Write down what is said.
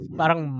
parang